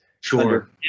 Sure